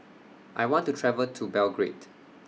I want to travel to Belgrade